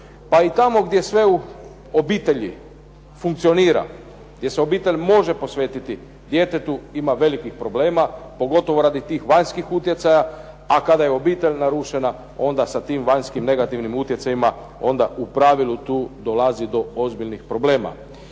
Pa i tamo gdje sve u obitelji funkcionira, gdje se obitelj može posvetiti djetetu ima velikih problema, pogotovo radi tih vanjskih utjecaja, a kada je obitelj narušena onda sa tim vanjskim negativnim utjecajima onda u pravilu tu dolazi do ozbiljnih problema.